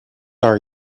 are